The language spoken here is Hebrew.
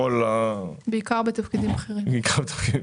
בעיקר בתפקידים בכירים.